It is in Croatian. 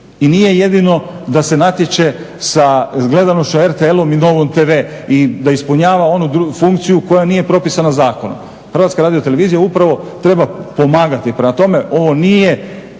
i nije jedino da se natječe sa gledanošću s RTL-om i Novom TV i da ispunjava onu funkciju koja nije propisana zakonom, HRT upravo treba pomagati. Prema tome ovo nije,